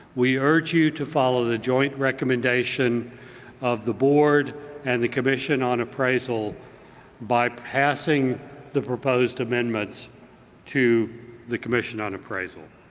we urge you to follow the joint recommendation of the board and the commission on appraisal bypassing the proposed amendments to the commission on appraisal.